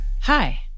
Hi